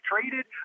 traded